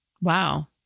Wow